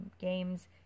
games